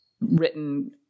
written